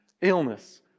illness